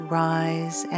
rise